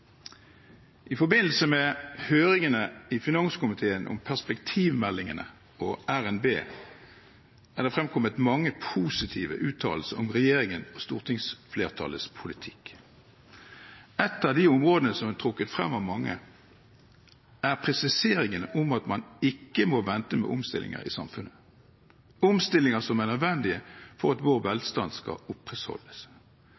det fremkommet mange positive uttalelser om regjeringens og stortingsflertallets politikk. Ett av de områdene som er trukket frem av mange, er presiseringene om at man ikke må vente med omstillinger i samfunnet – omstillinger som er nødvendige for at vår